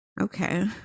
Okay